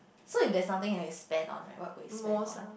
so you there's thing that you spend on it what would you spend on